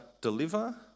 deliver